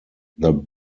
their